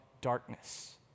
darkness